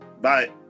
Bye